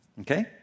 okay